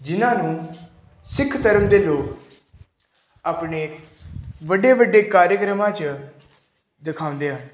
ਜਿਨ੍ਹਾਂ ਨੂੰ ਸਿੱਖ ਧਰਮ ਦੇ ਲੋਕ ਆਪਣੇ ਵੱਡੇ ਵੱਡੇ ਕਾਰਿਆਕ੍ਰਮਾਂ 'ਚ ਦਿਖਾਉਂਦੇ ਆ